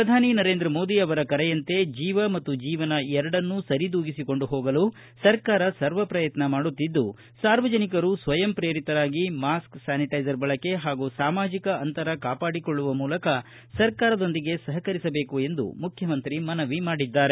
ಪ್ರಧಾನಿ ನರೇಂದ್ರ ಮೋದಿ ಅವರ ಕರೆಯಂತೆ ಜೀವ ಮತ್ತು ಜೀವನ ಎರಡನ್ನೂ ಸರಿದೂಗಿಸಿಕೊಂಡು ಹೋಗಲು ಸರ್ಕಾರ ಸರ್ವ ಪ್ರಯತ್ನ ಮಾಡುತ್ತಿದ್ದು ಸಾರ್ವಜನಿಕರು ಸ್ವಯಂ ಪ್ರೇರಿತರಾಗಿ ಮಾಸ್ಕ್ ಸ್ವಾನಿಟ್ಟೆಸರ್ ಬಳಕೆ ಹಾಗೂ ಸಾಮಾಜಿಕ ಅಂತರ ಕಾಪಾಡಿಕೊಳ್ಳುವ ಮೂಲಕ ಸರ್ಕಾರದೊಂದಿಗೆ ಸಹಕರಿಸಬೇಕು ಎಂದು ಮುಖ್ಯಮಂತ್ರಿ ಮನವಿ ಮಾಡಿದ್ದಾರೆ